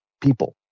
people